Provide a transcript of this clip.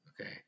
Okay